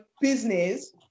business